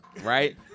Right